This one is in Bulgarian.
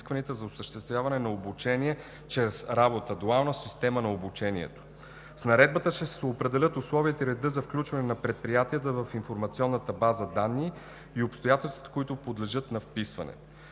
за осъществяване на обучение чрез работа – дуална система на обучение. С наредбата ще се определят условията и редът за включване на предприятията в информационната база данни и обстоятелствата, които подлежат на вписване.